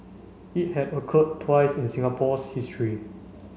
it had occurred twice in Singapore's history